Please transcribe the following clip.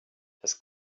das